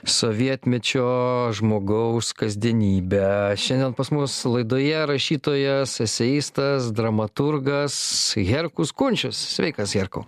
sovietmečio žmogaus kasdienybę šiandien pas mus laidoje rašytojas eseistas dramaturgas herkus kunčius sveikas herkau